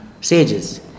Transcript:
sages